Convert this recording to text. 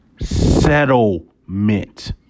Settlement